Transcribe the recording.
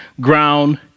ground